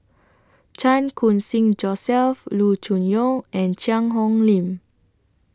Chan Khun Sing Joseph Loo Choon Yong and Cheang Hong Lim